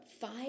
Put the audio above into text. five